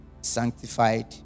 sanctified